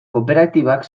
kooperatibak